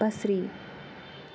بصری